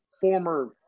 former